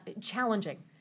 challenging